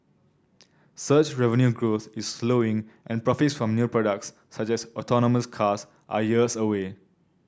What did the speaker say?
search revenue growth is slowing and profits from new products such as autonomous cars are years away